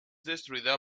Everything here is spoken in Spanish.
destruida